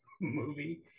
movie